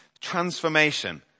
transformation